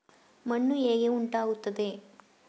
ಮಣ್ಣು ಹೇಗೆ ಉಂಟಾಗುತ್ತದೆ?